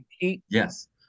Yes